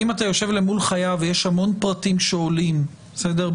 אם אתה יושב מול חייב ויש המון פרטים שעולים בשיחה,